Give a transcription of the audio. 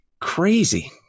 Crazy